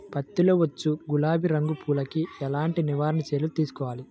పత్తిలో వచ్చు గులాబీ రంగు పురుగుకి ఎలాంటి నివారణ చర్యలు తీసుకోవాలి?